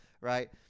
right